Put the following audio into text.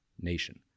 nation